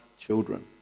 children